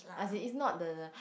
as in it's not the